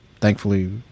thankfully